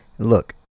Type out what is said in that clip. Look